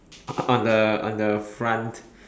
on on the on the front